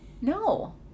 No